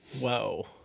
Whoa